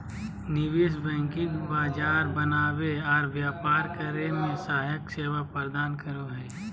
निवेश बैंकिंग बाजार बनावे आर व्यापार करे मे सहायक सेवा प्रदान करो हय